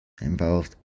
involved